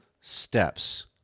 steps